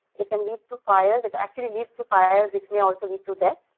it can lead to fire that actually lead to fire, which may also lead to death.